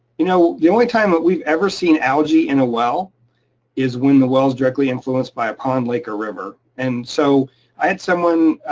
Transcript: you know the only time that we've ever seen algae in a well is when the well's directly influenced by a pond, lake or river. and so i had someone